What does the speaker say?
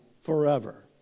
forever